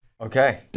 Okay